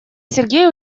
сергей